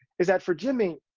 is that for jimmy,